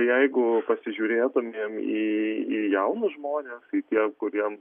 jeigu pasižiūrėtumėm į į jaunus žmones tai tie kuriem